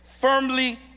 firmly